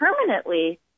permanently